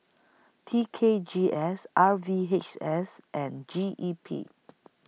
T K G S R V H S and G E P